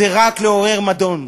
זה רק לעורר מדון,